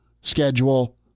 schedule